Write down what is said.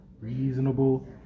Reasonable